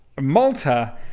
malta